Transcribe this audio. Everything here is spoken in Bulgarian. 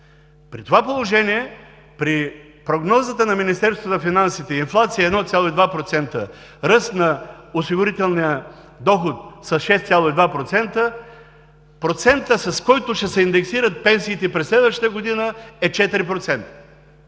При това положение, при прогнозата на Министерството на финансите и инфлация – 1,2%, ръст на осигурителния доход – 6,2%, процентът, с който ще се индексират пенсиите през следващата година, е 4%.